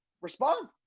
respond